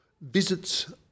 visits